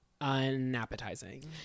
unappetizing